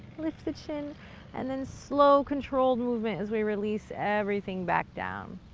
lift the chin and then slow controlled movements as we release everything back down.